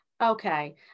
Okay